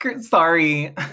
Sorry